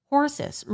Horses